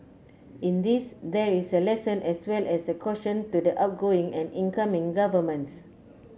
in this there is a lesson as well as a caution to the outgoing and incoming governments